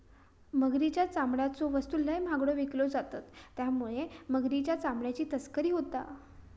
मगरीच्या चामड्याच्यो वस्तू लय महागड्यो विकल्यो जातत त्यामुळे मगरीच्या चामड्याची तस्करी होता